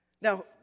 now